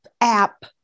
app